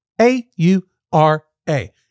A-U-R-A